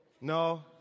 No